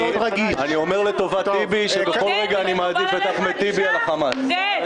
אני אומר לטובת טיבי שבכל רגע אני מעדיף את אחמד טיבי על החמאס.